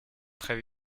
très